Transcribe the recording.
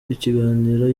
ikiganiro